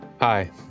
Hi